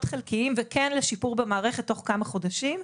חלקיים וכן לשיפור במערכת תוך כמה חודשים,